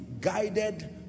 guided